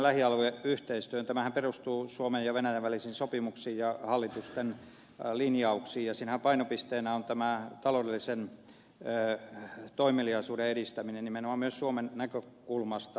tämähän perustuu suomen ja venäjän välisiin sopimuksiin ja hallitusten linjauksiin ja siinähän painopisteenä on tämä taloudellisen toimeliaisuuden edistäminen nimenomaan myös suomen näkökulmasta